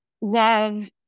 love